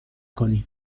کنی